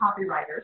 copywriters